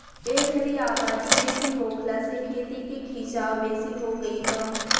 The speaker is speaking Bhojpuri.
ए घरी आबादी बेसी होखला से खेती के खीचाव बेसी हो गई बा